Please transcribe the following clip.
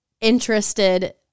interested